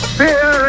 fear